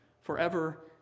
forever